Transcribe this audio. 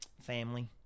family